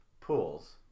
pools